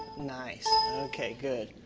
nice, okay good.